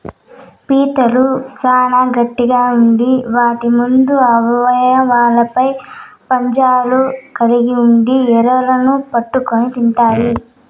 పీతలు చానా గట్టిగ ఉండి వాటి ముందు అవయవాలపై పంజాలు కలిగి ఉండి ఎరలను పట్టుకొని తింటాయి